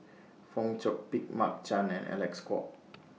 Fong Chong Pik Mark Chan and Alec Kuok